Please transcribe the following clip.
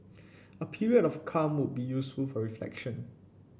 a period of calm would be useful for reflection